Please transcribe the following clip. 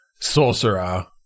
sorcerer